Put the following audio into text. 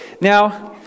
Now